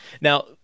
Now